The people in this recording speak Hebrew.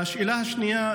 והשאלה השנייה,